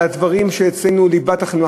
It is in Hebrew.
על הדברים שאצלנו הם ליבת החינוך,